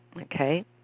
okay